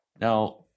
Now